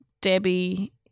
Debbie